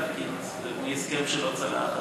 מהסכם שלא צלח,